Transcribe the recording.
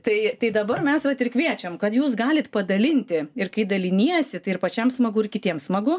tai tai dabar mes vat ir kviečiam kad jūs galit padalinti ir kai daliniesi tai ir pačiam smagu ir kitiem smagu